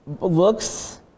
looks